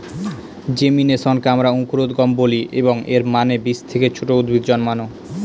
জেমিনেশনকে আমরা অঙ্কুরোদ্গম বলি, এবং এর মানে বীজ থেকে ছোট উদ্ভিদ জন্মানো